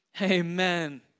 Amen